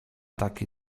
takie